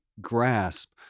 grasp